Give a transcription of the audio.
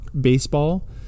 baseball